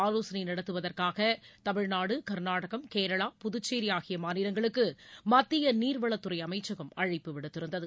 ஆலோசனை நடத்துவதற்காக தமிழ்நாடு கர்நாடகம் கேரளா புதுச்சேரி ஆகிய மாநிலங்களுக்கு மத்திய நீர்வளத்துறை அமைச்சகம் அழைப்பு விடுத்திருந்தது